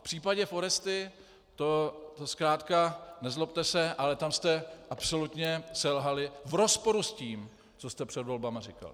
A v případě Foresty to zkrátka, nezlobte se, ale tam jste absolutně selhali v rozporu s tím, co jste před volbami říkali.